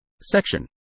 Section